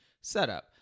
setup